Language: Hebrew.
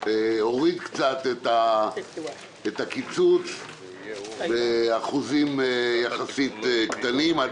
המשרד הוריד קצת את הקיצוץ באחוזים קטנים יחסית.